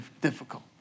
difficult